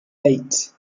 eight